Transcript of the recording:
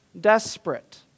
desperate